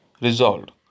resolved